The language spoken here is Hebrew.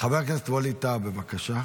חבר הכנסת ווליד טאהא, בבקשה.